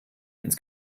ins